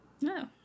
No